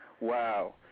Wow